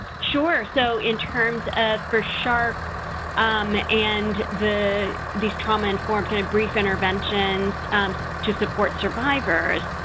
sure. so, in terms of for sharp and the these trauma informed kind of brief interventions to support survivors.